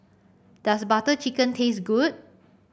does Butter Chicken taste good